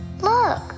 Look